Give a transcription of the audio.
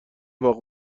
واق